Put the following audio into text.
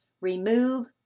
remove